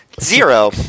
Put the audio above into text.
Zero